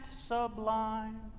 sublime